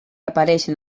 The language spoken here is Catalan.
apareixen